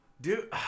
Dude